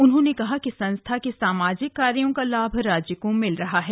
उन्होंने कहा कि संस्था के सामाजिक कार्यो का लाभ राज्य को मिल रह है